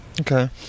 Okay